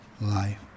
life